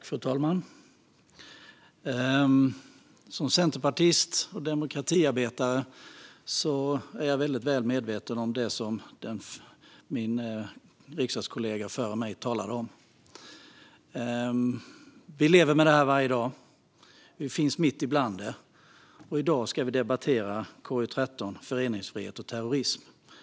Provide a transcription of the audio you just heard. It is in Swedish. Fru talman! Som centerpartist och demokratiarbetare är jag väl medveten om det som min riksdagskollega före mig talade om. Vi lever med detta varje dag - vi har det mitt ibland oss. I dag ska vi debattera KU13 om föreningsfrihet och terrorism.